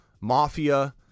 mafia